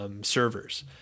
servers